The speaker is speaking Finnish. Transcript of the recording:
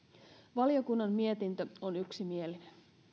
valiokunnan mietintö on yksimielinen